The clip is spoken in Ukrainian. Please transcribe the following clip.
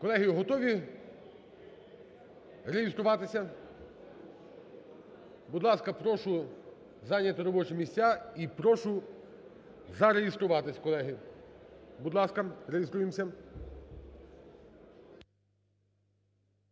Колеги, готові реєструватися? Будь ласка, прошу зайняти робочі місця і прошу зареєструватись, колеги. Будь ласка, реєструємося.